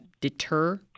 deter